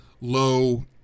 low-